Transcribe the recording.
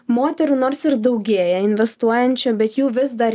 moterų nors ir daugėja investuojančių bet jų vis dar